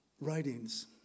writings